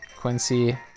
Quincy